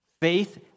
Faith